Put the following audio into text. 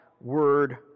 word